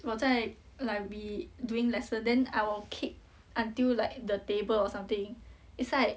我在 like we doing lesson then I'll kick until like the table or something it's like